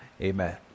Amen